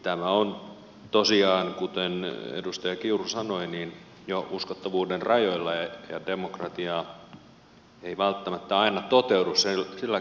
tämä on tosiaan kuten edustaja kiuru sanoi jo uskottavuuden rajoilla ja demokratia ei välttämättä aina toteudu sillä kantilla kuin pitäisi